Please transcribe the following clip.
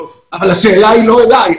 אבל השאלה היא לא אליי.